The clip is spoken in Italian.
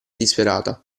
disperata